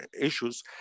issues